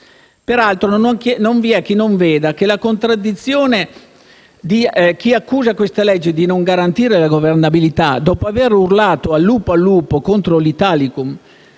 Peraltro non vi è chi non veda la contraddizione di chi accusa queste leggi di non garantire la governabilità dopo aver urlato «al lupo, al lupo!» contro l'Italicum